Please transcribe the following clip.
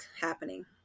happening